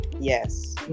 Yes